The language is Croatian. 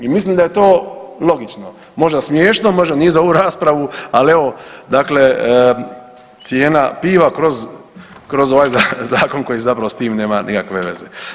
I mislim da je to logično, možda smiješno, možda nije za ovu raspravu, ali evo dakle cijena piva kroz, kroz ovaj zakon koji zapravo s tim nema nikakve veze.